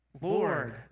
Lord